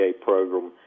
program